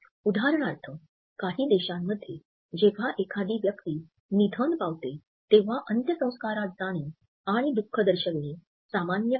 उदाहरणार्थ काही देशांमध्ये जेव्हा एखादी व्यक्ती निधन पावते तेव्हा अंत्यसंस्कारात जाणे आणि दुःख दर्शविणे सामान्य आहे